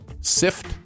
sift